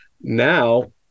Now